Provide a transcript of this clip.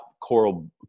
coral